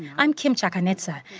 i'm kim chakanetsa.